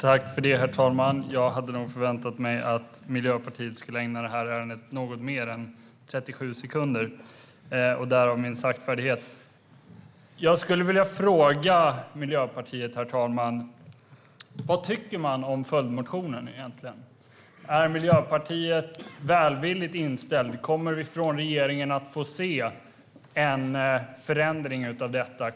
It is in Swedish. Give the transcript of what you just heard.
Herr talman! Jag hade förväntat mig att Miljöpartiet skulle ägna det här ärendet något mer än 37 sekunder. Jag skulle vilja fråga Miljöpartiet, herr talman, vad de egentligen tycker om följdmotionen. Är Miljöpartiet välvilligt inställt? Kommer vi att från regeringen få se en förändring av förslaget?